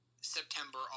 September